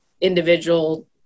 individual